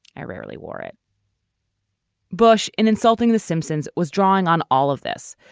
i rarely wore it bush in insulting the simpsons was drawing on all of this.